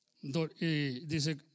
Dice